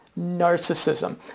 narcissism